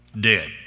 dead